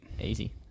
Easy